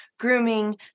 Grooming